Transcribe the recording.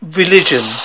religion